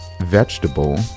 vegetable